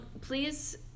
Please